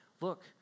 look